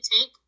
take